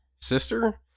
sister